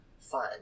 fun